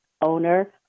owner